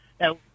Now